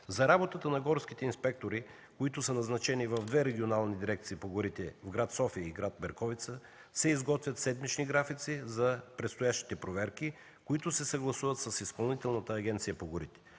За работата на горските инспектори, назначени в две регионални дирекции по горите – гр. София и гр. Берковица, се изготвят седмични графици за предстоящите проверки, които се съгласуват с Изпълнителната агенция по горите.